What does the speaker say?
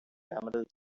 emerald